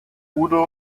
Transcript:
udo